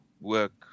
work –